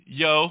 yo